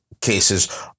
cases